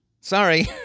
Sorry